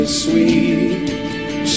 sweet